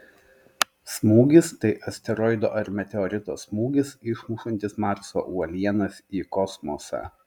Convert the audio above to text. smūgis tai asteroido ar meteorito smūgis išmušantis marso uolienas į kosmosą